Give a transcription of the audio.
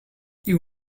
you